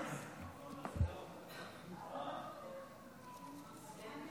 תודה רבה, אדוני